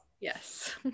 Yes